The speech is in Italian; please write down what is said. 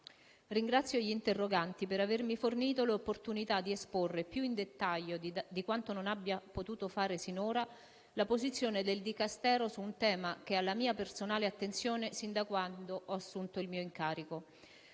ringrazio gli interroganti per avermi fornito l'opportunità di esporre, più in dettaglio di quanto non abbia potuto fare sinora, la posizione del Dicastero su un tema che è alla mia personale attenzione sin da quando ho assunto il mio incarico.